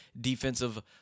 defensive